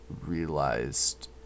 realized